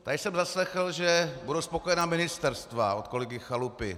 Tady jsem zaslechl, že budou spokojena ministerstva, od kolegy Chalupy.